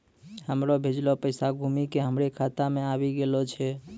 हमरो भेजलो पैसा घुमि के हमरे खाता मे आबि गेलो छै